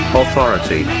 authority